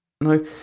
No